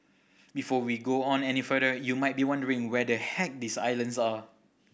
before we go on any further you might be wondering whether heck these islands are